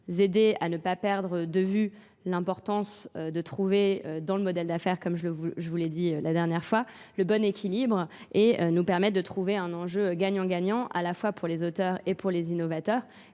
aider à ne pas perdre de vue l'importance de trouver dans le modèle d'affaires comme je vous l'ai dit la dernière fois. le bon équilibre et nous permettre de trouver un enjeu gagnant-gagnant à la fois pour les auteurs et pour les innovateurs.